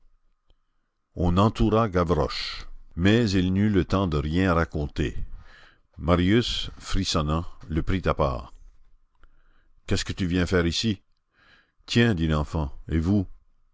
mais il n'eut le temps de rien raconter marius frissonnant le prit à part qu'est-ce que tu viens faire ici tiens dit l'enfant et vous